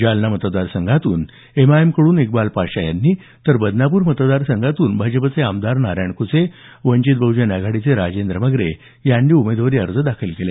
जालना मतदार संघातून एमआयएमकडून एकबाल पाशा यांनी तर बदनापूर मतदार संघातून भाजपाचे आमदार नारायण कुंचे वंचित बहुजन आघाडीचे राजेंद्र मगरे यांनी उमेदवारी अर्ज दाखल केला